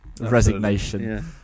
resignation